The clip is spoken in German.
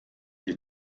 die